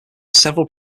several